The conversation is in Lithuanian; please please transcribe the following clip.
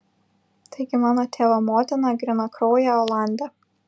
taigi mano tėvo motina grynakraujė olandė